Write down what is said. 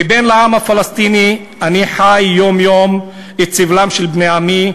כבן לעם הפלסטיני אני חי יום-יום את סבלם של בני עמי,